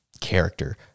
character